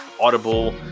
Audible